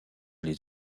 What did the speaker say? les